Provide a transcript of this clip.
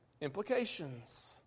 implications